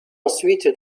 ensuite